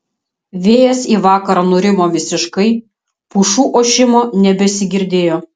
vėjas į vakarą nurimo visiškai pušų ošimo nebesigirdėjo